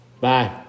Bye